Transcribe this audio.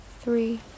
three